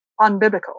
unbiblical